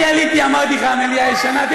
אני עליתי, אמרתי לך: המליאה ישנה.